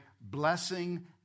blessing